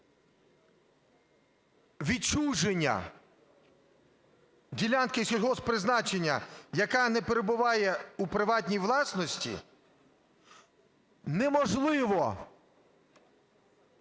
відчуження ділянки сільгосппризначення, яка не перебуває у приватній власності, неможливо